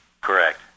Correct